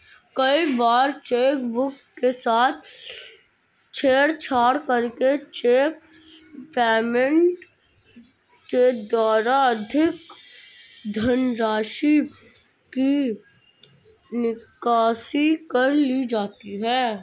कई बार चेकबुक के साथ छेड़छाड़ करके चेक पेमेंट के द्वारा अधिक धनराशि की निकासी कर ली जाती है